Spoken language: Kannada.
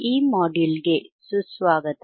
ಈ ಮಾಡ್ಯೂಲ್ಗೆ ಸುಸ್ವಾಗತ